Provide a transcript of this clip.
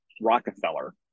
Rockefeller